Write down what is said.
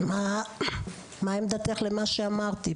מה עמדתך לגבי מה שאמרתי?